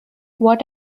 what